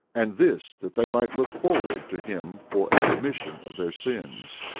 and this that they might look forward to him for a remission of their sins,